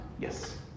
Yes